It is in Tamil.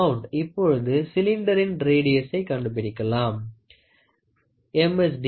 இப்பொழுது சிலிண்டரின் ரேடியசை கண்டுபிடிக்கலாம் Least Count M